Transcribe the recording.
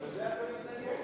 גם לזה אתה מתנגד?